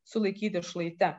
sulaikyti ir šlaite